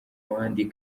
abandi